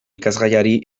irakasgaiari